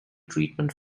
treatment